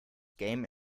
game